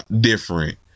different